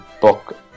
book